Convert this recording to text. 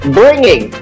bringing